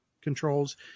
controls